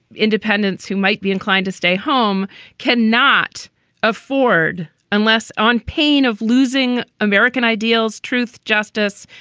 independents who might be inclined to stay home can not afford unless on pain of losing american ideals. truth, justice,